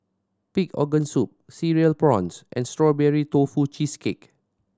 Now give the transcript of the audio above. pig organ soup Cereal Prawns and Strawberry Tofu Cheesecake